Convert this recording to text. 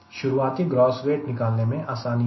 शुरुआती gross weight निकालने में आसानी होगी